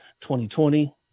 2020